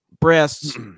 breasts